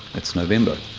that's november.